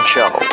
Show